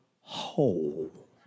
whole